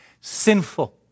sinful